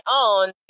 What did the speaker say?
own